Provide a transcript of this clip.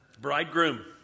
Bridegroom